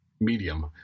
medium